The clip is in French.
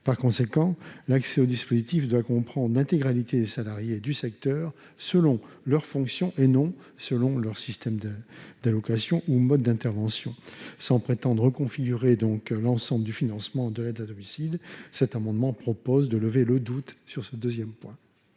Par conséquent, l'accès aux dispositifs doit comprendre l'intégralité des salariés du secteur selon leurs fonctions, et non selon le système d'allocation ou le mode d'intervention. Sans prétendre reconfigurer l'ensemble du financement de l'aide à domicile, cet amendement vise à lever le doute sur ce second point.